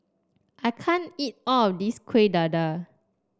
I can't eat all of this Kuih Dadar